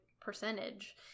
percentage